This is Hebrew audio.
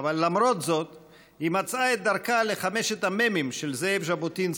אבל למרות זאת היא מצאה את דרכה לחמשת המ"מים של זאב ז'בוטינסקי,